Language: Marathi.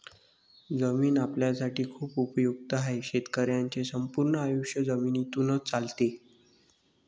जमीन आपल्यासाठी खूप उपयुक्त आहे, शेतकऱ्यांचे संपूर्ण आयुष्य जमिनीतूनच चालते